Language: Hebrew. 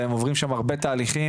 והם עוברים שם הרבה תהליכים.